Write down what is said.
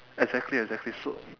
exactly exactly so